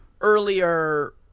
earlier –